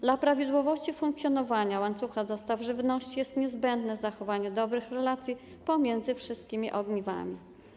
Dla prawidłowości funkcjonowania łańcucha dostaw żywności jest niezbędne zachowanie dobrych relacji pomiędzy wszystkimi ogniwami.